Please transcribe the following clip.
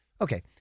Okay